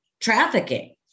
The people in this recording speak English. trafficking